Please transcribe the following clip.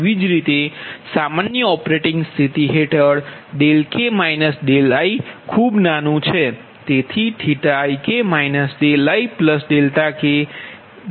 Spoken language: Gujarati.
એવી જ રીતે સામાન્ય ઓપરેટિંગ સ્થિતિ હેઠળ k iખૂબ નાનું છે તેથી ik ikik સમીકરણ 58